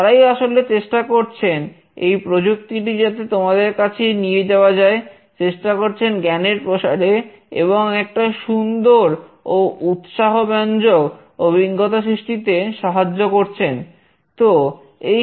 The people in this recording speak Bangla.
তারাই আসলে চেষ্টা করছেন এই প্রযুক্তিটি যাতে তোমাদের কাছে নিয়ে যাওয়া যায় চেষ্টা করছেন জ্ঞানের প্রসারে এবং একটা সুন্দর ও উৎসাহব্যাঞ্জক অভিজ্ঞতা সৃষ্টিতে সাহায্য করছেন